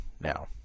Now